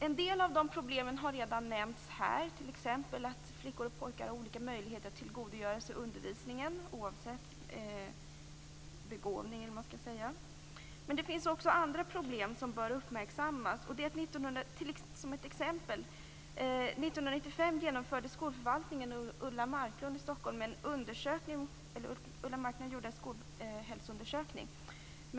En del av de problemen har redan nämnts här, t.ex. att flickor och pojkar har olika möjligheter att tillgodogöra sig undervisningen oavsett begåvning. Men det finns också andra problem som bör uppmärksammas. Jag skall ta ett exempel. 1995 genomförde Ulla Marklund i Stockholm en skolhälsoundersökning.